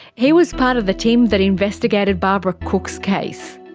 he was part of the team that investigated barbara cook's case.